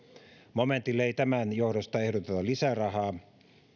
momentille ei tämän johdosta ehdoteta lisärahaa